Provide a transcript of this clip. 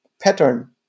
pattern